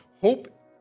Hope